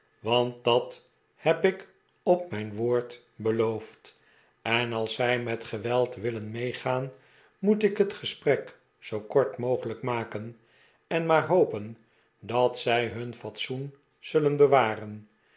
want dat heb ik op mijn woord beloofd en als zij met geweld willen meegaan moet ik het gesprek zoo kort mogelijk maken en maar hopen dat zij hun fatsoen zullen